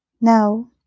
Now